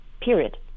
period